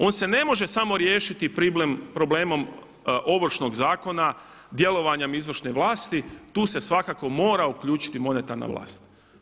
On se ne može samo riješiti problemom Ovršnog zakona djelovanjem izvršne vlasti, tu se svakako mora uključiti monetarna vlast.